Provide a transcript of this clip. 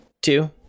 two